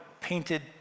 painted